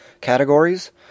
categories